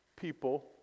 people